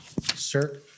Sir